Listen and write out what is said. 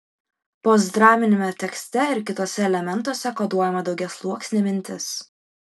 postdraminiame tekste ir kituose elementuose koduojama daugiasluoksnė mintis